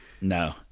No